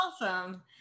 awesome